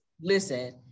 listen